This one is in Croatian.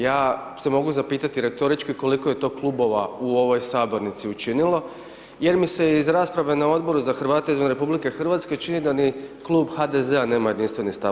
Ja se mogu zapitati retorički koliko je to klubova u ovoj sabornici učinilo, jer mi se iz rasprave na Odboru za Hrvate izvan RH, čini da ni Klub HDZ nema jedinstveni stav